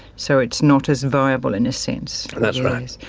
so it's not as viable in a sense. that's right.